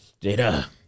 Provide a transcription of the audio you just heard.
Jada